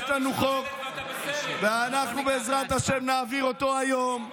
יש לנו חוק, ואנחנו בעזרת השם נעביר אותו היום.